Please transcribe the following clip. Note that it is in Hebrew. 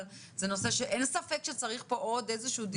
אבל זה נושא שאין ספק שצריך פה עוד דיון.